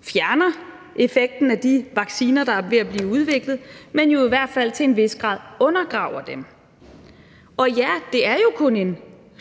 fjerner effekten af de vacciner, der er ved at blive udviklet, men jo i hvert fald til en vis grad undergraver dem. Og ja, det er jo kun en